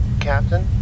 Captain